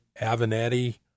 Avenatti